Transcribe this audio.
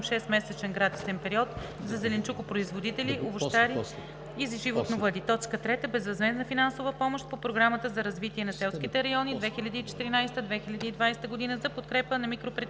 6 месечен гратисен период за зеленчукопроизводители, овощари и животновъди. 3. Безвъзмездна финансова помощ по Програмата за развитие на селските райони 2014 – 2020 г. за подкрепа на микропредприятия